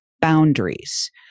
boundaries